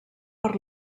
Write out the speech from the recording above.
per